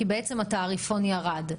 כי התעריפון ירד.